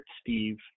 Steve